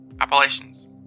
Appalachians